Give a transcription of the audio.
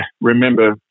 remember